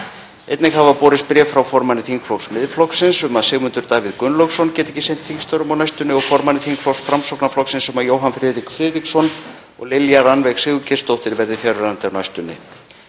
Einnig hafa borist bréf frá formanni þingflokks Miðflokksins um að Sigmundur Davíð Gunnlaugsson geti ekki sinnt þingstörfum á næstunni og formanni þingflokks Framsóknarflokksins um að Jóhann Friðrik Friðriksson og Lilja Rannveig Sigurgeirsdóttir verði fjarverandi á næstunni.